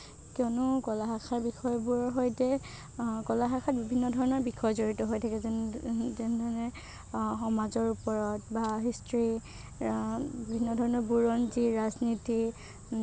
কিয়নো কলা শাখাৰ বিষয়বোৰৰ সৈতে কলা শাখাত বিভিন্ন ধৰণৰ বিষয় জড়িত হৈ থাকে যেনে যেনে ধৰণে সমাজৰ ওপৰত বা হিষ্ট্ৰী বিভিন্ন ধৰণৰ বুৰঞ্জী ৰাজনীতি